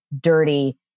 dirty